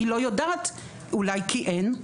היא לא יודעת אולי כי אין?